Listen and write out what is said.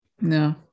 No